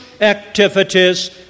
activities